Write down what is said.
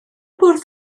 bwrdd